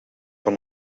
van